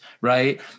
right